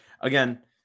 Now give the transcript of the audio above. again